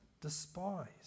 despised